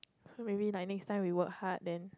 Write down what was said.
so many like next time we work hard then